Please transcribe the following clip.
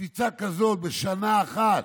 קפיצה כזאת בשנה אחת,